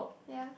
ya